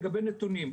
לגבי נתונים,